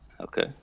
Okay